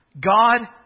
God